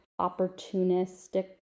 opportunistic